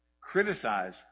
criticize